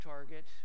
Target